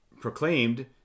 proclaimed